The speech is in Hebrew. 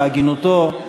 בהגינותו,